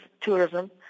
tourism